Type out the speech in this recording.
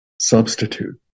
substitute